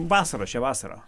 vasarą šią vasarą